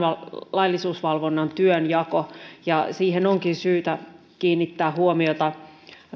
laillisuusvalvonnan työnjako ja siihen onkin syytä kiinnittää huomiota